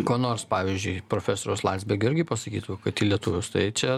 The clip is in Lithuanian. ko nors pavyzdžiui profesoriaus landsbergio irgi pasakytų kad į lietuvius tai čia